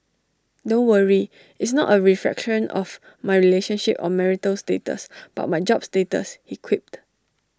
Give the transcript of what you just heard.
don't worry it's not A reflection of my relationship or marital status but my job status he quipped